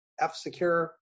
F-Secure